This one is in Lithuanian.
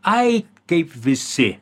ai kaip visi